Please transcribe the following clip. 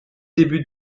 début